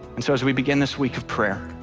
and so as we begin this week of prayer